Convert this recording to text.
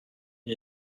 une